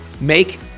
Make